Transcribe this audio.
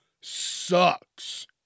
sucks